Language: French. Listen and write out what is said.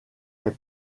est